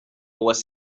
was